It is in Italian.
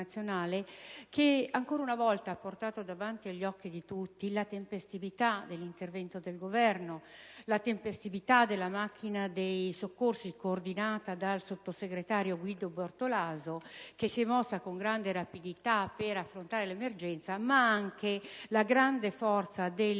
che ancora una volta ha portato davanti agli occhi di tutti la tempestività dell'intervento del Governo, la tempestività della macchina dei soccorsi coordinata dal sottosegretario Guido Bertolaso, che si è mossa con grande rapidità per affrontare l'emergenza, ma anche la grande forza del